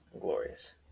Glorious